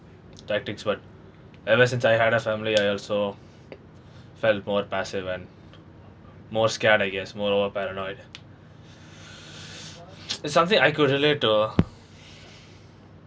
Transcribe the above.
tactics but ever since I had a family I also felt more passive and more scared I guess more paranoid it's something I could relate to